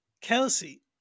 Kelsey